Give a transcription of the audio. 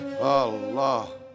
Allah